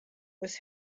was